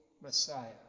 Messiah